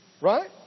right